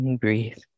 Breathe